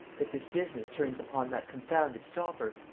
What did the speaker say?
that this business turns upon that confounded stopper,